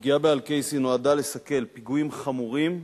הפגיעה באל-קייסי נועדה לסכל פיגועים חמורים,